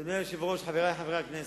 אדוני היושב-ראש, חברי חברי הכנסת,